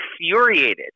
infuriated